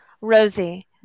rosie